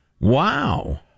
Wow